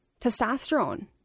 testosterone